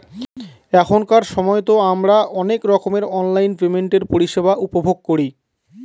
এখনকার সময়তো আমারা অনেক রকমের অনলাইন পেমেন্টের পরিষেবা উপভোগ করি